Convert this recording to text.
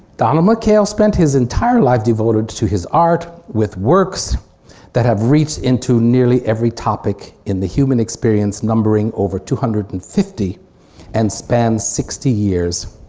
donald mckayle spent his entire life devoted to his art with works that have reached into nearly every topic in the human experience numbering over two hundred and fifty and spans sixty years.